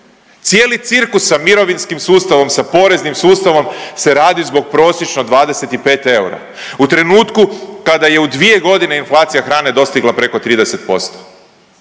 Cijeli cirkus sa mirovinskim sustavom, sa poreznim sustavom se radi zbog prosječno 25 eura. U trenutku kada je u 2 godine inflacija hrane dostigla preko 30%.